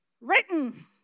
written